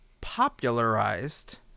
popularized